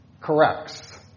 corrects